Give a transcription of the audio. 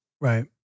Right